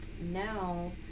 now